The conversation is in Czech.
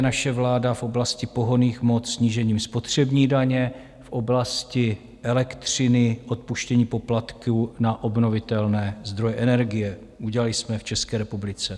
Naše vláda v oblasti pohonných hmot snížením spotřební daně, v oblasti elektřiny odpuštění poplatku na obnovitelné zdroje energie, udělali jsme v České republice.